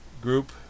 group